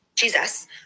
jesus